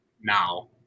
now